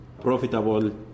Profitable